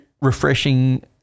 refreshing